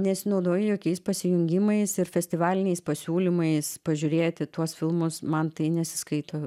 nesinaudoju jokiais pasijungimais ir festivaliniais pasiūlymais pažiūrėti tuos filmus man tai nesiskaito